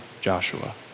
Joshua